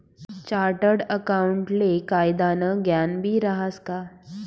chartered अकाऊंटले कायदानं ज्ञानबी रहास का